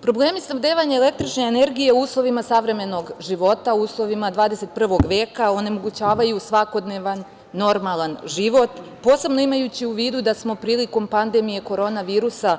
Problemi snabdevanja električnom energijom u uslovima savremenog života, u uslovima 21. veka onemogućavaju svakodnevan, normalan život, posebno imajući u vidu da smo prilikom pandemije korona virusa